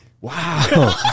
wow